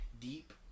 deep